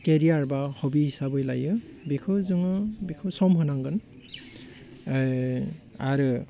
career बा हबि हिसाबै लायो बिखौ जोङो बिखौ सम होनांगोन ओइ आरो